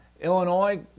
Illinois